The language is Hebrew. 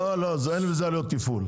לא, אם בזה עלויות תפעול.